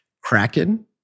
Kraken